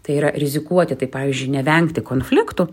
tai yra rizikuoti tai pavyzdžiui nevengti konfliktų